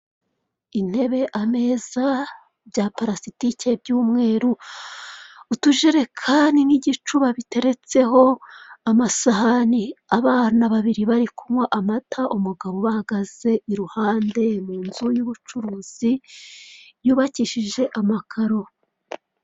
Intebe ameza bya purasitike by'umweru, utujerekani n'igicuba biteretseho amasahani, abana babiri bari kunywa amata, umugabo bahagaze iruhande mu nzu y'ubucuruzi yubakishije amakaro.